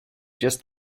just